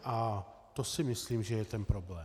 A to si myslím, že je ten problém.